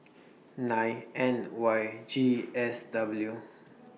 nine N Y G S W